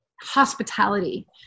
hospitality